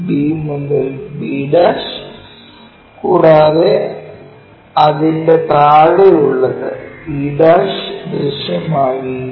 b മുതൽ b' കൂടാതെ അതിന്റെ താഴെ ഉള്ളത് e ദൃശ്യമാകില്ല